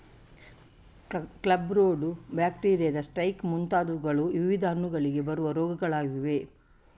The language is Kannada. ಕ್ಲಬ್ ರೂಟ್, ಬ್ಯಾಕ್ಟೀರಿಯಾದ ಸ್ಪೆಕ್ ಮುಂತಾದವುಗಳು ವಿವಿಧ ಹಣ್ಣುಗಳಿಗೆ ಬರುವ ರೋಗಗಳಾಗಿವೆ